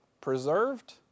preserved